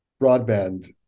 broadband